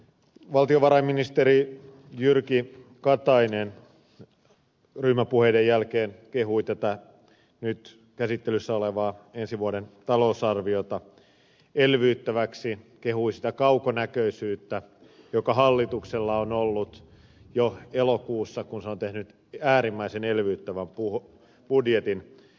valtiovarainministeri jyrki katainen ryhmäpuheiden jälkeen kehui tätä nyt käsittelyssä olevaa ensi vuoden talousarviota elvyttäväksi kehui sitä kaukonäköisyyttä joka hallituksella on ollut jo elokuussa kun se on tehnyt äärimmäisen elvyttävän budjetin